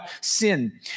sin